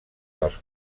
dels